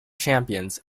champions